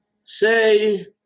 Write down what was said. say